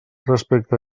respecte